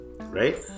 right